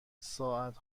ساعت